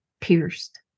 pierced